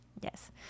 Yes